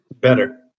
Better